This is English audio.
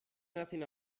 nothing